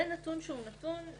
זה נתון אחר.